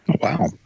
Wow